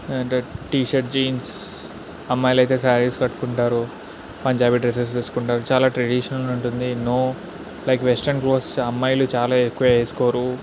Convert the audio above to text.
అంటే t shirt jeans అమ్మాయిలు అయితే శారీస్ కట్టుకుంటారు పంజాబీ డ్రెసెస్ వేసుకుంటారు చాలా ట్రెడిషనల్ ఉంటుంది నో లైక్ వెస్ట్రన్ క్లోత్స్ అమ్మాయిలు చాలా ఎక్కువ వేసుకోరు